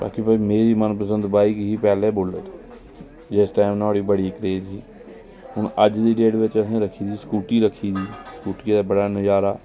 बाकी मेरी मन पसंद बाईक ही बुल्लट जिस टाईम ओह्दा बढा क्रेज़ हा ते हुन असैं स्कूदी रक्खी दी स्कूटिया दा बड़ा नजारा